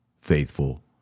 faithful